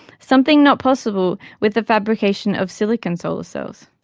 something not possible with the fabrication of silicon solar cells.